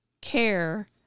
care